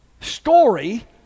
story